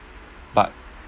but